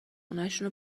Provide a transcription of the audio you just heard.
خونشون